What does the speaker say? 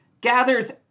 gathers